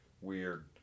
weird